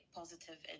positive